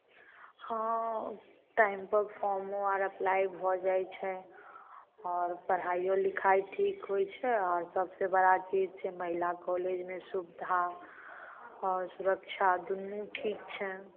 हँ टाइम पर फोर्मो आर अप्लाय भऽ जाइत छै आओर पढ़ाइओ लिखाइ ठीक होयत छै आओर सबसे बड़ा चीज छै महिला कॉलेजमे सुविधा आओर सुरक्षा दुन्नू ठीक छनि